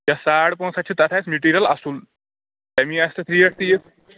یۄس ساڑٕ پانژہَتھ چھ تَتھ آسہِ مٹیٖریل اصل امی آسہِ تَتھ ریٹھ تیٖژ